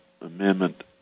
Amendment